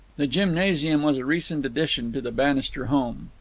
the gymnasium was a recent addition to the bannister home.